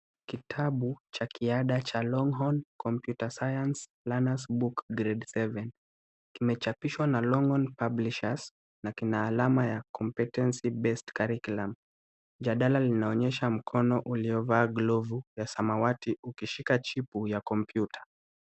Kitabu cha kiada cha Longhorn Computer Science learner's book grade seven , kimechapishwa na Longhorn Publishers na kina alama ya competency-based curriculum . Jadala linaonyesha mkono uliovaa glovu ya samawati ukishika chipu ya kompyuta.